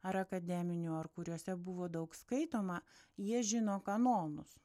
ar akademinių ar kuriouse buvo daug skaitoma jie žino kanonus